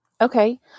Okay